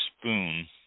spoon